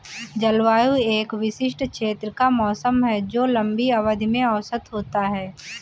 जलवायु एक विशिष्ट क्षेत्र का मौसम है जो लंबी अवधि में औसत होता है